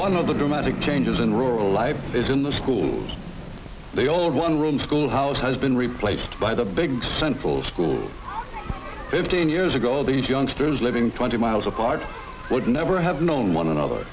one of the dramatic changes in rural life is in the schools they are one room schoolhouse has been replaced by the big central school fifteen years ago these youngsters living twenty miles apart would never have known one another